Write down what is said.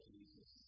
Jesus